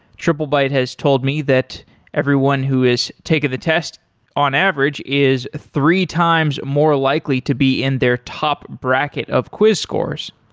triplebyte has told me that everyone who has taken the test on average is three times more likely to be in their top bracket of quiz course.